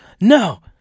no